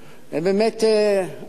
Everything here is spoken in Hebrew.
הם באמת, האמת,